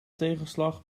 tegenslag